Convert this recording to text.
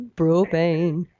propane